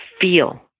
feel